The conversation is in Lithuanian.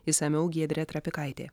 išsamiau giedrė trapikaitė